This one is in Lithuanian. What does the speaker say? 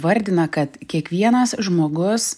vardina kad kiekvienas žmogus